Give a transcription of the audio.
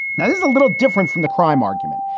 now, this is a little different from the crime argument.